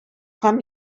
һәм